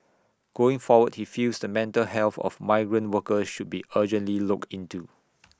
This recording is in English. going forward he feels the mental health of migrant workers should be urgently looked into